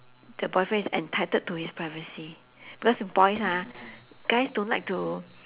the boyfriend is entitled to his privacy because boys ha guys don't like to